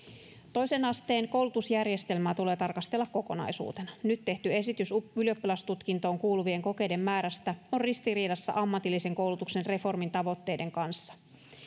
toisen asteen koulutusjärjestelmää tulee tarkastella kokonaisuutena nyt tehty esitys ylioppilastutkintoon kuuluvien kokeiden määrästä on ristiriidassa ammatillisen koulutuksen reformin tavoitteiden kanssa